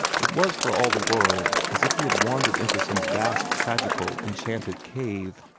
it was for all the world as if he had wandered into some vast tragical, enchanted cave,